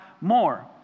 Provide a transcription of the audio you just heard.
more